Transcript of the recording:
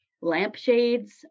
lampshades